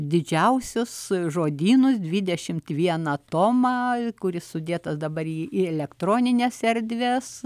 didžiausius žodynus dvidešimt vieną tomą kuris sudėtas dabar į į elektronines erdves